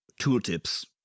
tooltips